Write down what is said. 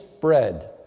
Bread